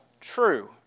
true